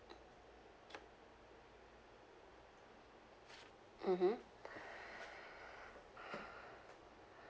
mmhmm